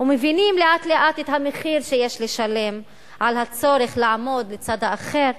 ומבינים לאט לאט את המחיר שיש לשלם על הצורך לעמוד לצד האחר,